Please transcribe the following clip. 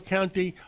County